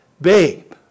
babe